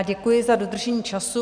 Děkuji za dodržení času.